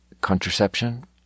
contraception